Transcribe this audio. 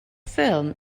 ffilm